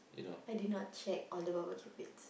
I did not check on the barbecue pits